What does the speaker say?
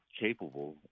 capable